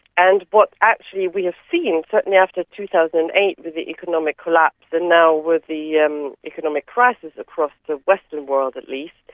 and what actually we have seen, certainly after two thousand and eight with the economic collapse and now with the yeah um economic crisis, across the western world at least,